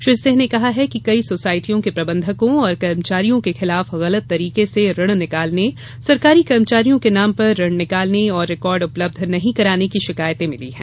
श्री सिंह ने कहा है कि कई सोसायटियों के प्रबंधकों और कर्मचारियों के खिलाफ गलत तरीके से ऋण निकालने सरकारी कर्मचारियों के नाम पर ऋण निकालने और रिकार्ड उपलब्ध नहीं कराने की शिकायतें मिली है